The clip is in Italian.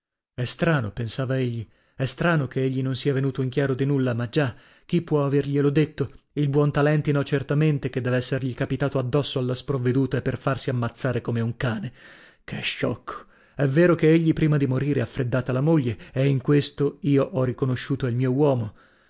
è strano pensava egli è strano che egli non sia venuto in chiaro di nulla ma già chi può averglielo detto il buontalenti no certamente che dev'essergli capitato addosso alla sprovveduta e per farsi ammazzare come un cane che sciocco è vero che egli prima di morire ha freddata la moglie e in questo io ho riconosciuto il mio uomo